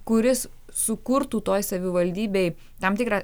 kuris sukurtų toj savivaldybėj tam tikrą